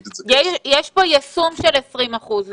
יש כאן יישום של 20 אחוזים.